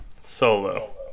Solo